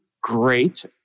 great